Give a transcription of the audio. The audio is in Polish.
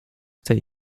tej